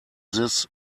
this